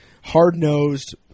hard-nosed